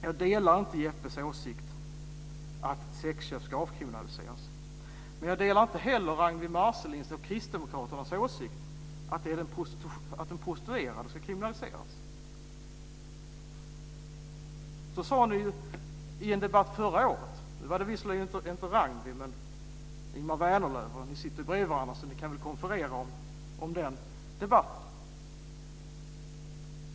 Jag delar inte Jeppe Johnssons åsikt att sexköp ska avkriminaliseras. Jag delar inte heller Ragnwi Marcelinds och kristdemokraternas åsikt att den prostituerade ska kriminaliseras. Så sade ni i en debatt förra året. Då var det visserligen inte Ragnwi Marcelind som deltog utan det var Ingemar Vänerlöv. Ni sitter bredvid varandra, så ni kan konferera om den debatten.